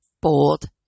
bold